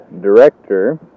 director